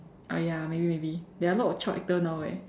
oh ya maybe maybe there are a lot of child actor now eh